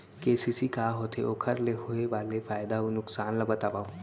KCC का होथे, ओखर ले होय वाले फायदा अऊ नुकसान ला बतावव?